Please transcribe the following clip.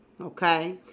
okay